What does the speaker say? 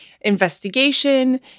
investigation